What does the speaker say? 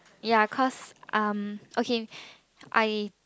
ya cause um okay I